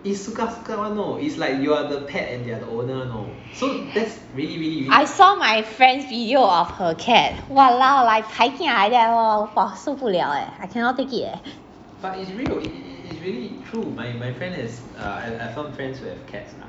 I saw my friend's video of her cat !walao! like paikia like that lor !wah! 受不了 eh I cannot take it eh